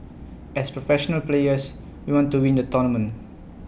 as professional players we want to win the tournament